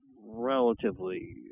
relatively